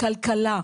כלכלה,